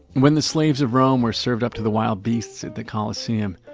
when the slaves of rome were served up to the wild beasts of the colosseum,